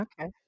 okay